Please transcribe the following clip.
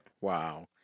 Wow